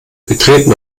betreten